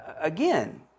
again